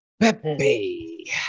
Pepe